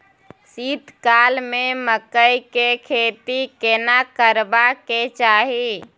शीत काल में मकई के खेती केना करबा के चाही?